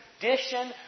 tradition